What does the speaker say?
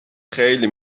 خیلی